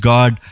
God